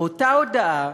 באותה הודעה